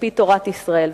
על-פי תורת ישראל.